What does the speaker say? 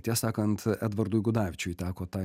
tiesą sakant edvardui gudavičiui teko tą